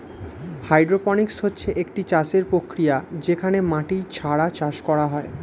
hydroponics হচ্ছে একটি চাষের প্রক্রিয়া যেখানে মাটি ছাড়া চাষ করা হয়